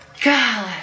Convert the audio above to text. God